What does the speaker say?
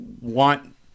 want